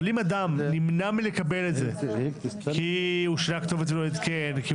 אם אדם נמנע מלקבל את זה כי הוא שינה כתובת ולא עדכן כתובת חדשה,